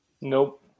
Nope